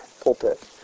pulpit